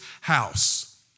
house